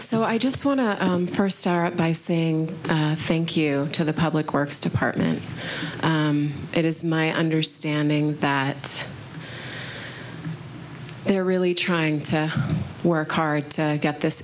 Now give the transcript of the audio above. so i just want to first start by saying thank you to the public works department it is my understanding that they are really trying to work hard to get this